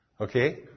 Okay